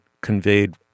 conveyed